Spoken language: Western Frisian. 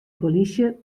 polysje